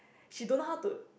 she don't know how to